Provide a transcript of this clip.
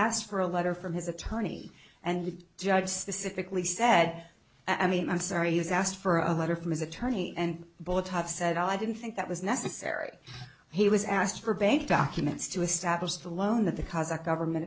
asked for a letter from his attorney and the judge specifically said i mean i'm sorry he has asked for a letter from his attorney and both have said i didn't think that was necessary he was asked for bank documents to establish the loan that the cousin government